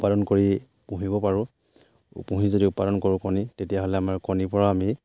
উৎপাদন কৰি পুহিব পাৰোঁ পুহি যদি উৎপাদন কৰোঁ কণী তেতিয়াহ'লে আমাৰ কণীৰ পৰা আমি